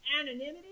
anonymity